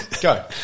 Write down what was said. Go